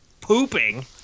pooping